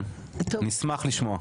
נשמח לשמוע.